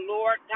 Lord